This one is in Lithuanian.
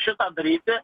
šitą daryti